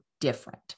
different